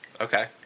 Okay